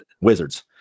wizards